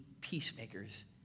peacemakers